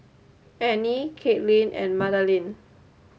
Anie Katelin and Madalynn